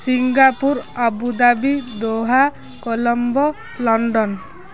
Singapore Abu Dhabi Doha Colombo London